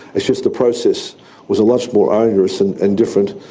it's just the process was much more onerous and and different.